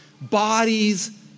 Bodies